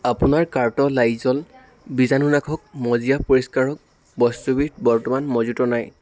আপোনাৰ কাৰ্টৰ লাইজ'ল বীজাণুনাশক মজিয়া পৰিষ্কাৰক বস্তুবিধ বৰ্তমান মজুত নাই